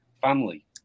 family